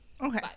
Okay